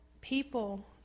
people